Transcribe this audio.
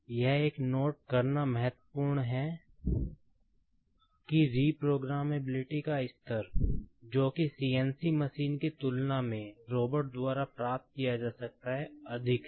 अब यह नोट करना महत्वपूर्ण है कि री प्रोग्रामबिलिटी का स्तर जो कि CNC मशीन की तुलना में रोबोट नहीं है